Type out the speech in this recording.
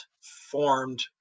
formed